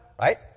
Right